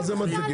באיזה תנאים?